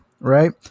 right